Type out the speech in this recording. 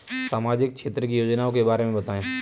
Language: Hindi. सामाजिक क्षेत्र की योजनाओं के बारे में बताएँ?